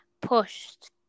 pushed